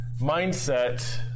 mindset